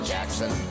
Jackson